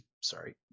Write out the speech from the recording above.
Sorry